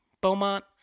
Beaumont